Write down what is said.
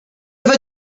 have